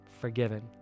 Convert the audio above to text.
forgiven